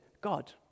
God